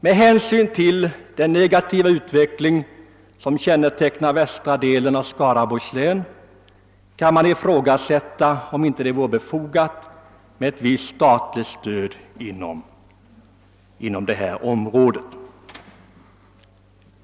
Med hänsyn till den negativa utveckling som kännetecknar västra delen av Skaraborgs län kan man ifrågasätta om det inte är befogat med ett visst statligt stöd i detta område.